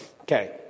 Okay